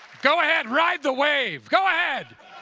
go ahead, ride the wave! go ahead!